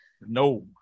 No